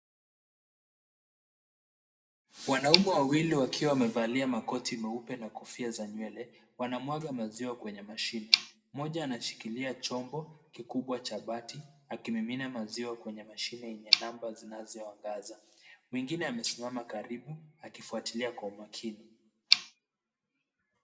Wanaume wawili wakiwa wamevalia makoti meupe na kofia za nywele wanamwaga maziwa kwenye mashine. Mmoja anashikilia chombo kikubwa cha bati akimimina maziwa kwenye mashine yenye namba zinazoangaza, mwingine amesimama karibu akifuatilia kwa umakini.